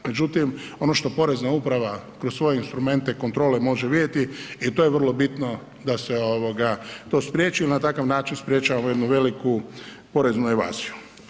Međutim, ono što porezna uprava kroz svoje instrumente kontrole može vidjeti i to je vrlo bitno da se ovoga to spriječi, na takav način sprječavamo jednu veliku poreznu evaziju.